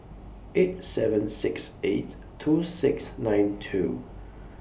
eight seven six eight two six nine two